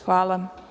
Hvala.